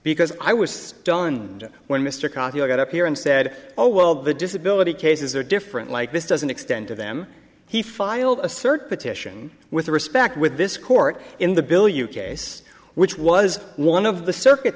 because i was stunned when mr coffey got up here and said oh well the disability cases are different like this doesn't extend to them he filed a cert petition with respect with this court in the bill you case which was one of the circuit